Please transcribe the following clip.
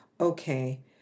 okay